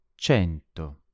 Cento